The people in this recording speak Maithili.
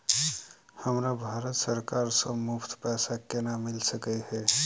हमरा भारत सरकार सँ मुफ्त पैसा केना मिल सकै है?